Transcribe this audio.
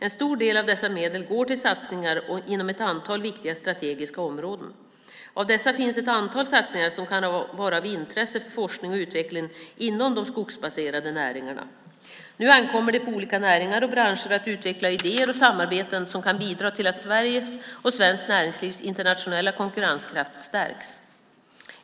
En stor del av dessa medel går till satsningar inom ett antal viktiga strategiska områden. Av dessa finns ett antal satsningar som kan vara av intresse för forskning och utveckling inom de skogsbaserade näringarna. Nu ankommer det på olika näringar och branscher att utveckla idéer och samarbeten som kan bidra till att Sveriges och svenskt näringslivs internationella konkurrenskraft stärks.